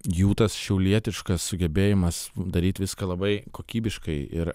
jų tas šiaulietiškas sugebėjimas daryt viską labai kokybiškai ir